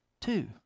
two